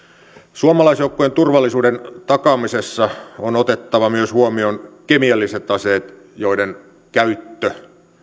suomalaisjoukkojen turvallisuuden takaamisessa on otettava myös huomioon kemialliset aseet joiden käyttö